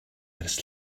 ers